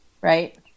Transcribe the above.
Right